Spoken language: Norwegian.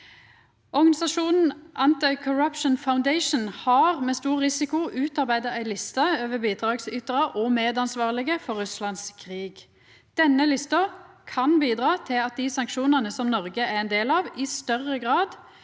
Organisasjonen AntiCorruption Foundation har med stor risiko utarbeidd ei liste over bidragsytarar og medansvarlege for Russlands krig. Denne lista kan bidra til at dei sanksjonane som Noreg er ein del av, i større grad